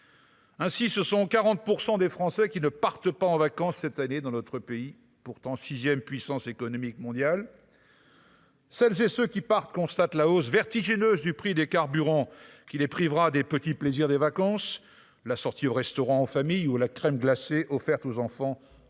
Ainsi, ce sont 40 % des Français qui ne partent pas en vacances cette année dans notre pays, pourtant 6ème puissance économique mondiale. Celles et ceux qui partent, constate la hausse vertigineuse du prix des carburants qui les privera des petits plaisirs des vacances, la sortie au restaurant en famille ou la crème glacée offertes aux enfants au